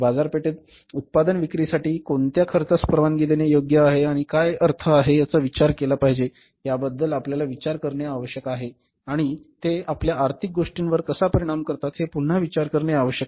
बाजारपेठेत उत्पादन विक्रीसाठी कोणत्या खर्चास परवानगी देणे योग्य आहे आणि काय अर्थ आहे याचा काय विचार केला पाहिजे याबद्दल आपल्याला विचार करणे आवश्यक आहे आणि ते आपल्या आर्थिक गोष्टींवर कसा परिणाम करतात हे पुन्हा विचार करणे आवश्यक आहे